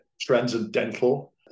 transcendental